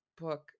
book